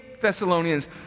Thessalonians